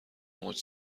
موج